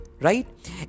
Right